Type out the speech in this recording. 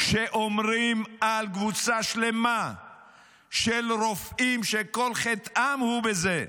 כשאומרים על קבוצה שלמה של רופאים שכל חטאם הוא בזה,